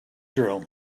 drill